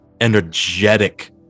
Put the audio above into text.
energetic